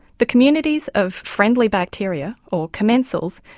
the communities of friendly bacteria, or commensals,